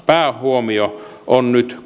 päähuomio on nyt